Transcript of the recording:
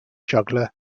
juggler